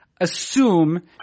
assume